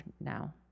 now